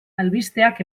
albisteak